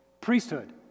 priesthood